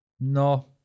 No